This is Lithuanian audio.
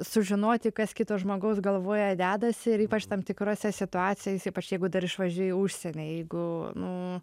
sužinoti kas kito žmogaus galvoje dedasi ir ypač tam tikrose situacijose ypač jeigu dar išvažiuoja į užsienį jeigu nu